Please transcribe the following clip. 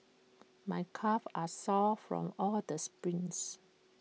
my calves are sore from all the sprints